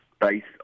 based